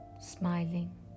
smiling